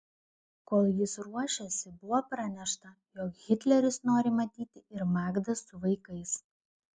kol jis ruošėsi buvo pranešta jog hitleris nori matyti ir magdą su vaikais